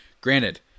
granted